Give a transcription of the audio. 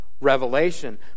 Revelation